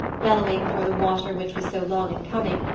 bellowing for the water which was so long in coming,